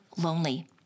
lonely